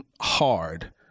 hard